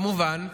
כמובן,